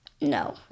No